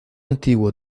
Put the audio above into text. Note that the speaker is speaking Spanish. antiguo